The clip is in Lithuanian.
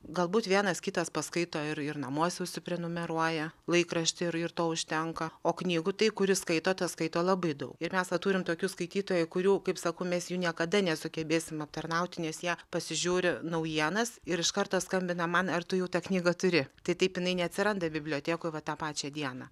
galbūt vienas kitas paskaito ir ir namuose užsiprenumeruoja laikraštį ir ir to užtenka o knygų tai kuris skaito tas skaito labai daug ir mes va turim tokių skaitytojų kurių kaip sakau mes jų niekada nesugebėsim aptarnauti nes jie pasižiūri naujienas ir iš karto skambina man ar tu jau tą knygą turi tai taip jinai neatsiranda bibliotekoj va tą pačią dieną